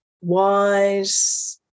wise